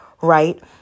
right